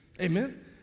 Amen